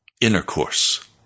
intercourse